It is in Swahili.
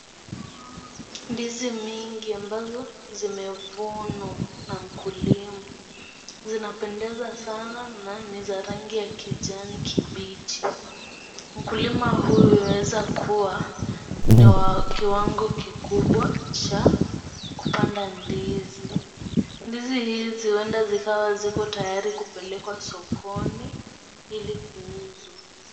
Ndizi mingi ambazo zimevunwa na mkulima. Zinapendeza sana na ni za rangi ya kijani kibichi. Mkulima huyu anaweza kuwa, ni wa kiwango kikubwa cha kupanda ndizi. Ndizi hizi, huenda zikawa ziko tayari kupelekwa sokoni ili kuuzwa.